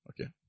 Okay